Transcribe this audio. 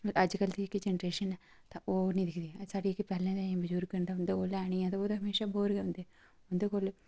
अजकल दी जेह्की जनरेशन ऐ तां ओह् निं दिखदी ऐ साढ़े जेह्के पैह्लें दे बजुर्ग न तां उं'दे कोल है'न ते ओह् हमेशा बोर गै होंदे उं'दे कोल